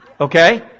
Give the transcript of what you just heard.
Okay